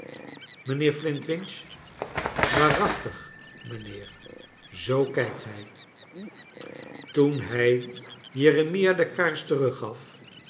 flintwinch waarachtig mijnheer zoo kijkt hij toen hij jeremia de kaars terug gaf